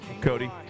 Cody